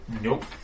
Nope